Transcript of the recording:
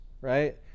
right